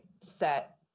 set